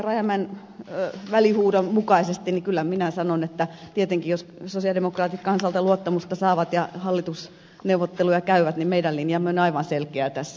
rajamäen välihuudon mukaisesti että tietenkin jos sosialidemokraatit kansalta luottamusta saavat ja hallitusneuvotteluja käyvät meidän linjamme on aivan selkeä tässä